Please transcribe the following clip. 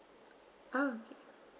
oh okay